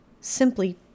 simply